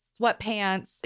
sweatpants